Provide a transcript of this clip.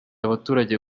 abaturage